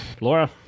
Laura